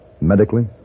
medically